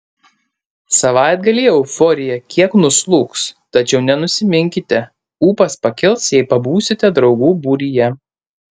savaitgalį euforija kiek nuslūgs tačiau nenusiminkite ūpas pakils jei pabūsite draugų būryje